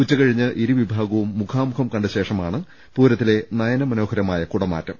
ഉച്ചക ഴിഞ്ഞ് ഇരുവിഭാഗവും മുഖാമുഖം കണ്ടശേഷമാണ് പൂരത്തിലെ നയനമനോഹര മായ കുടമാറ്റം